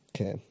Okay